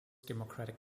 democratic